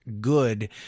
good